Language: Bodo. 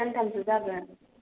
सानथामसो जागोन